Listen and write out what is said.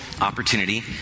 opportunity